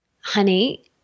honey